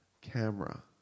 camera